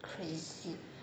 crazy